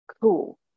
cool